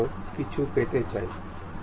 এইভাবে আমরা সেই অ্যাসেম্বলি ড্রয়িং তৈরি করি